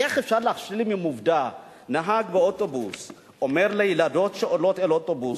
איך אפשר להשלים עם העובדה שנהג באוטובוס אומר לילדות שעולות לאוטובוס,